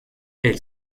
elle